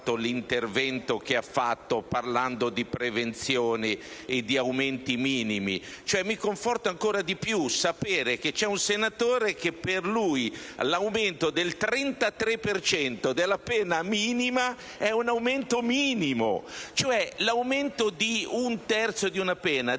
grazie a tutto